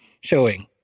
showing